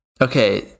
Okay